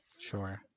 Sure